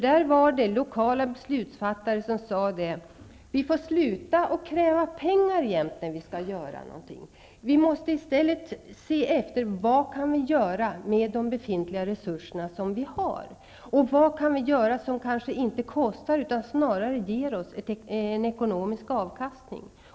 Där var det lokala beslutsfattare som sade att man får sluta att kräva pengar jämt när man skall göra något. I stället måste man se efter vad man kan göra med de befintliga resurser som man har. Man måste fråga sig vad man kan göra som kanske inte kostar utan snarare ger en ekonomisk avkastning.